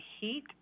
heat